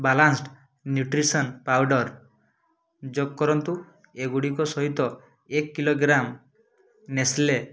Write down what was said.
balanced nutrition powder ଯୋଗ କରନ୍ତୁ ଏଗୁଡ଼ିକ ସହିତ ଏକ କିଲୋଗ୍ରାମ୍ ନେସ୍ଲେ